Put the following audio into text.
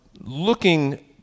looking